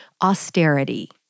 austerity